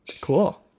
Cool